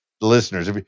listeners